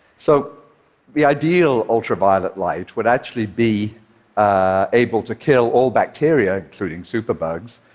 so the ideal ultraviolet light would actually be able to kill all bacteria, including superbugs,